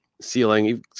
ceiling